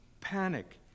Panic